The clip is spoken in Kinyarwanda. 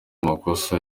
makosa